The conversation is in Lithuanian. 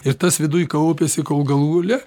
ir tas viduj kaupiasi kol galų gale